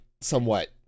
somewhat